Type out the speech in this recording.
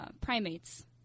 primates